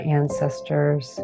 ancestors